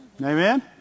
Amen